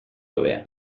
hobea